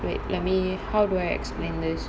wait let me how do I explain this